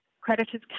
creditors